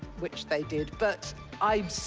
which they did. but i.